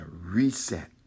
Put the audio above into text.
reset